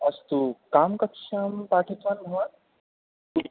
अस्तु कां कक्षां पाठितवान् भवान्